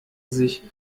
sich